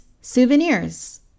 souvenirs